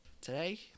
Today